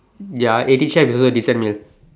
ya eighteen-chef is also a decent meal